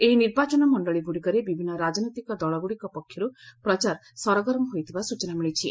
ଏହି ନିର୍ବାଚନମଣ୍ଡଳୀ ଗୁଡ଼ିକରେ ବିଭିନ୍ନ ରାକନେତିକ ଦଳଗୁଡ଼ିକ ପକ୍ଷରୁ ପ୍ରଚାର ସରଗରମ ହୋଇଥିବା ସୂଚନା ମିଳିଛି